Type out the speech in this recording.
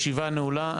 הישיבה נעולה.